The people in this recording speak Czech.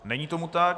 Není tomu tak.